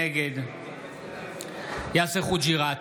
נגד יאסר חוג'יראת,